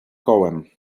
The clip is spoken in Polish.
kołem